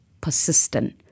persistent